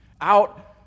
out